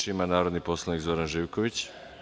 Reč ima narodni poslanik Zoran Živković.